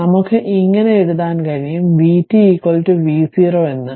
അതിനാൽ നമുക്ക് ഇങ്ങിനെ എഴുതാൻ കഴിയും vt v0 എന്ന്